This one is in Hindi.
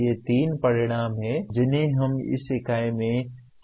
ये तीन परिणाम हैं जिन्हें हम इस इकाई में संबोधित करते हैं